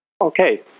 Okay